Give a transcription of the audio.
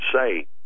say